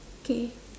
K